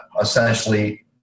essentially